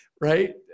Right